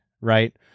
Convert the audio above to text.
Right